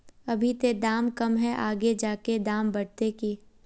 अभी ते दाम कम है आगे जाके दाम बढ़ते की?